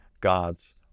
God's